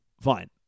fine